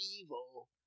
evil